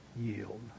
yield